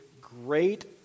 great